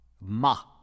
ma